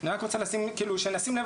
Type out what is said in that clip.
אני רוצה לשים על השולחן,